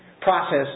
process